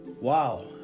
Wow